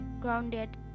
grounded